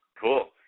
Cool